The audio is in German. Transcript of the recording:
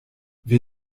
wer